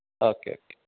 okay okay